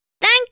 Thank